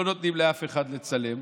לא נותנים לאף אחד לצלם,